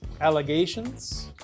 allegations